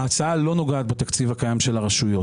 ההצעה לא נוגעת בתקציב הקיים של הרשויות.